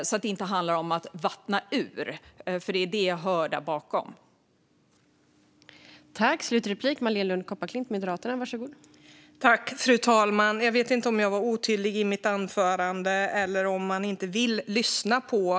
Det får inte handla om att vattna ur, för det är vad jag hör bakom orden.